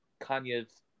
Kanye's